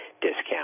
discount